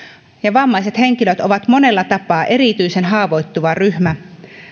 vammaiset henkilöt ovat monella tapaa erityisen haavoittuva ryhmä